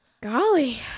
Golly